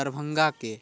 दरभङ्गाके